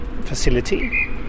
facility